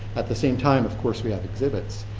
at the same time, of course, we have exhibits,